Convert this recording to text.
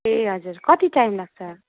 ए हजुर कति टाइम लाग्छ